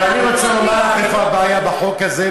אבל אני רוצה לומר לך איפה הבעיה בחוק הזה,